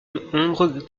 nombreux